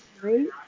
great